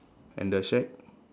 and the shack